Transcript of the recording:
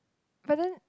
but then